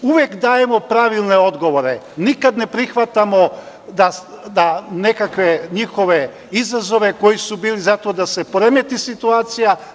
Uvek dajemo pravilne odgovore, nikad ne prihvatamo nekakve njihove izazove koji su bili za to da se poremeti situacija.